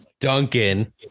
Duncan